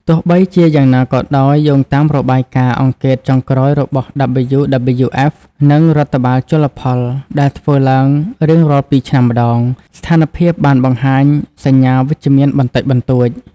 ទោះបីជាយ៉ាងណាក៏ដោយ យោងតាមរបាយការណ៍អង្កេតចុងក្រោយរបស់ WWF និងរដ្ឋបាលជលផល ដែលធ្វើឡើងរៀងរាល់ពីរឆ្នាំម្តង ស្ថានភាពបានបង្ហាញសញ្ញាវិជ្ជមានបន្តិចបន្តួច។